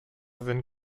sind